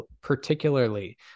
particularly